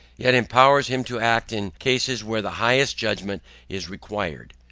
yet empowers him to act in cases where the highest judgment is required.